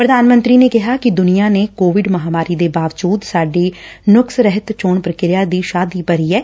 ਪ੍ਧਾਨ ਮੰਤਰੀ ਨੇ ਕਿਹਾ ਕਿ ਦੁਨੀਆਂ ਨੇ ਕੋਵਿਡ ਮਹਾਮਾਰੀ ਦੇ ਬਾਵਜੁਦ ਸਾਡੀ ਨੁਕਸ਼ ਰਹਿਤ ਚੋਣ ਪ੍ਰੀਕ੍ਆ ਦੀ ਸ਼ਾਹਦੀ ਭਰੀ ਏ